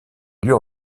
lieux